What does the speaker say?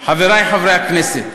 יש, חברי חברי הכנסת,